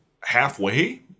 halfway